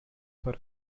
for